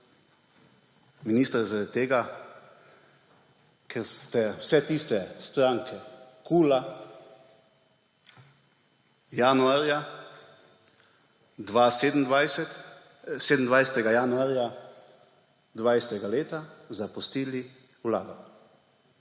Minister je zaradi tega, ker ste vse tiste stranke KUL 27. januarja 2020 leta, zapustili vlado.